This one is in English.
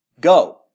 Go